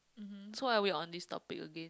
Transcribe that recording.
mmhmm so why are we on this topic again